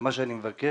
ומה שאני מבקש,